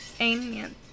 amen